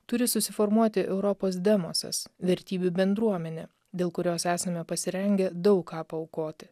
turi susiformuoti europos demosas vertybių bendruomenė dėl kurios esame pasirengę daug ką paaukoti